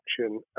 action